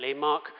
Mark